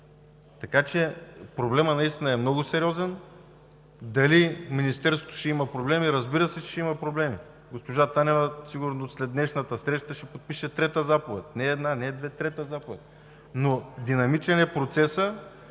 така че проблемът наистина е много сериозен. Дали Министерството ще има проблеми? Разбира се, че ще има проблеми. Госпожа Танева сигурно след днешната среща ще подпише трета заповед, не една, не две, трета заповед. Динамичен е процесът